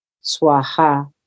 Swaha